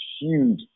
huge –